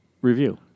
review